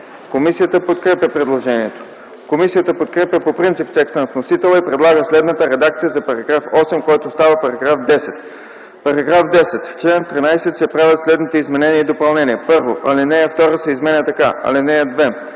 Комисията подкрепя предложението. Комисията подкрепя по принцип текста на вносителя и предлага следната редакция за § 8, който става § 10: „§ 10. В чл. 13 се правят следните изменения и допълнения: 1. Алинея 2 се изменя така: „(2)